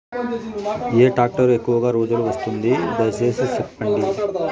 ఏ tractor ఎక్కువగా రోజులు వస్తుంది, దయసేసి చెప్పండి?